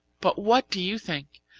but what do you think?